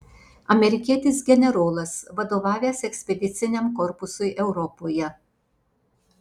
amerikietis generolas vadovavęs ekspediciniam korpusui europoje